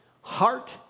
heart